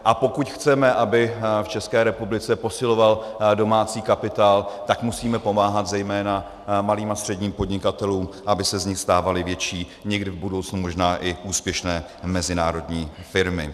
A pokud chceme, aby v České republice posiloval domácí kapitál, tak musíme pomáhat zejména malým a středním podnikatelům, aby se z nich stávaly větší, někdy v budoucnu možná i úspěšné mezinárodní firmy.